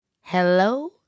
Hello